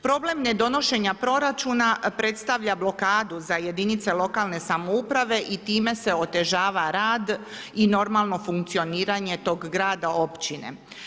Problem nedonošenja proračuna predstavlja blokadu za jedinice lokalne samouprave i time se otežava rad i normalno funkcioniranje tog grada, općine.